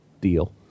deal